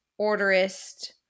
orderist